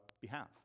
behalf